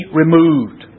removed